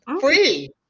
Free